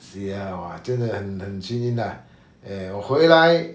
siao ah 真的很很幸运 lah eh 我回来